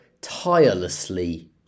tirelessly